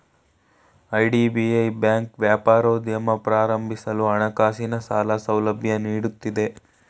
IDBI bank ವ್ಯಾಪಾರೋದ್ಯಮ ಪ್ರಾರಂಭಿಸಲು ಹಣಕಾಸಿನ ಸಾಲ ಸೌಲಭ್ಯ ನೀಡುತ್ತಿದೆ